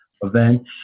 events